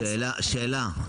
שאלה.